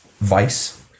Vice